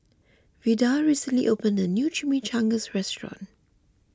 Vida recently opened a new Chimichangas restaurant